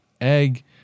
egg